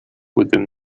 within